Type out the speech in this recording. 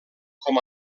com